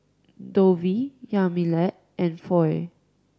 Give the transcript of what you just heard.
Dovie Yamilet and Foy